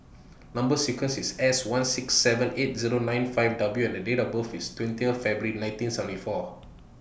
Number sequence IS S one six seven eight Zero nine five W and Date of birth IS twenty February nineteen seventy four